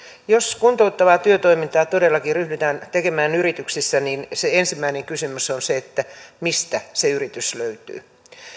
jos kuntouttavaa työtoimintaa todellakin ryhdytään tekemään yrityksissä niin ensimmäinen kysymys on se mistä se yritys löytyy